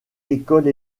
école